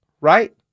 Right